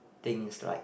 things like